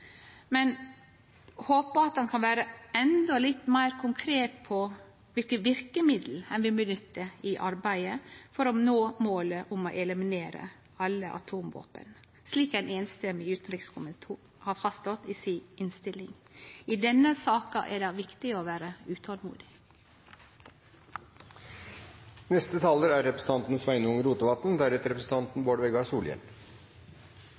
men håpar at han kan vere endå litt meir konkret på kva verkemiddel ein vil nytte i arbeidet for å nå målet om å eliminere alle atomvåpen, slik ein samrøystes utanrikskomité har fastslått i si innstilling. I denne saka er det viktig å vere utolmodig. Nedrusting og på sikt fjerning av kjernefysiske våpen er